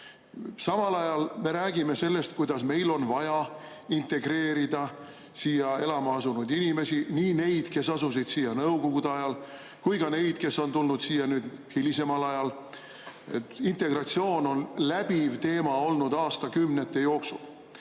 ajal me räägime sellest, kuidas meil on vaja integreerida siia elama asunud inimesi: nii neid, kes asusid siia nõukogude ajal, kui ka neid, kes on tulnud siia hilisemal ajal. Integratsioon on läbiv teema olnud aastakümnete jooksul.